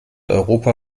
europa